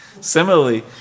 Similarly